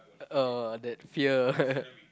oh that fear